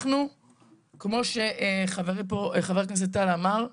אנחנו כמו שחבר הכנסת טל אמר,